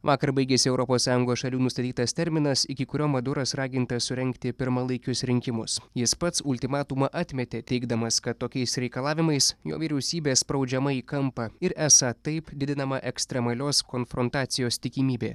vakar baigėsi europos sąjungos šalių nustatytas terminas iki kurio maduras raginta surengti pirmalaikius rinkimus jis pats ultimatumą atmetė teigdamas kad tokiais reikalavimais jo vyriausybė spraudžiama į kampą ir esą taip didinama ekstremalios konfrontacijos tikimybė